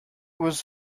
was